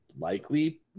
likely –